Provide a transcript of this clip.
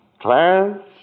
Clarence